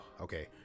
okay